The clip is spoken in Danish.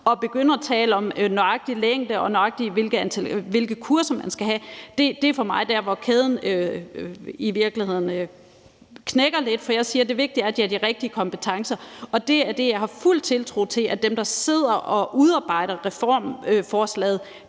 At begynde at tale om den nøjagtige længde, og nøjagtig hvilke kurser man skal have, er for mig der, hvor kæden i virkeligheden hopper lidt af, for jeg mener, at det vigtige er, at de har de rigtige kompetencer. Jeg har fuld tiltro til, at dem, der sidder og udarbejder reformforslaget,